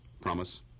Promise